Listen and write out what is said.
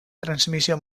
transmissió